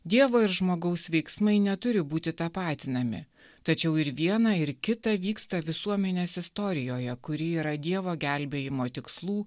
dievo ir žmogaus veiksmai neturi būti tapatinami tačiau ir viena ir kita vyksta visuomenės istorijoje kuri yra dievo gelbėjimo tikslų